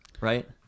right